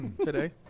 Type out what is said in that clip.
today